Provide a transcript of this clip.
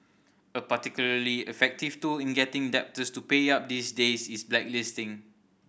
a particularly effective tool in getting debtors to pay up these days is blacklisting